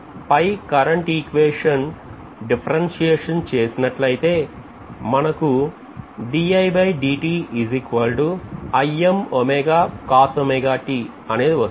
పై current equation differentiation చేసినట్లయితే మనకు అనేది వస్తుంది